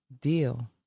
deal